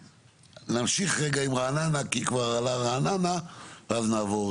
נמשיך עם רעננה כי כבר עלה רעננה ואז נעבור